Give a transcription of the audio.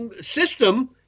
system